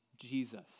Jesus